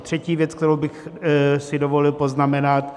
Třetí věc, kterou bych si dovolil poznamenat.